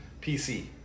PC